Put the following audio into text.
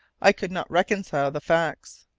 i could not reconcile the facts.